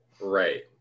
Right